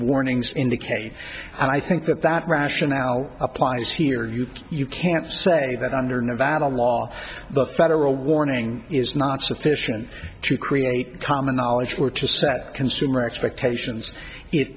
warnings indicate and i think that that rationale applies here used you can't say that under nevada law the federal warning is not sufficient to create common knowledge where to set consumer expectations it